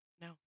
No